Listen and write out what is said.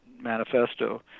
manifesto